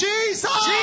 Jesus